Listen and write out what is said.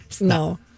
No